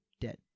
dead